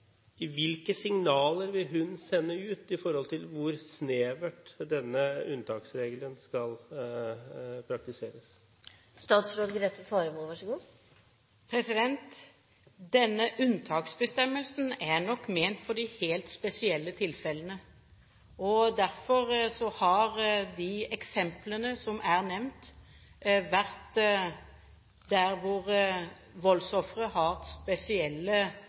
Hvilke signaler vil hun sende ut med hensyn til hvor snevert denne unntaksregelen skal praktiseres? Denne unntaksbestemmelsen er nok ment for de helt spesielle tilfellene. Derfor har eksemplene som er nevnt, vært voldsofre som har spesielle forpliktelser, f.eks. omsorgsforpliktelser, eller ofre som er så unge at det kan være helt spesielle